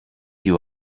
you